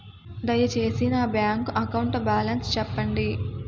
దయచేసి నా bank account balance చెప్పండి